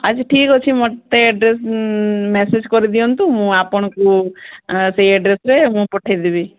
ଆଜି ଠିକ୍ ଅଛି ମତେ ଆଡ୍ରେସ୍ ମ୍ୟାସେଜ୍ କରିଦିଅନ୍ତୁ ମୁଁ ଆପଣଙ୍କୁ ସେଇ ଆଡ୍ରେସ୍ରେ ମୁଁ ପଠାଇଦେବି